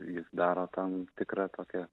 jis daro tam tikrą tokią